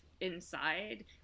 inside